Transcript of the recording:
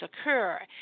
occur